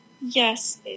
Yes